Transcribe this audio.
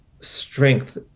strength